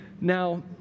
Now